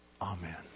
Amen